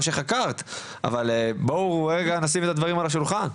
אבל בואו נשים את הדברים על השולחן.